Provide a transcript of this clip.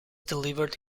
delivered